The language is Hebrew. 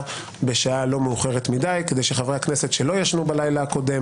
שלא ישנו בלילה הקודם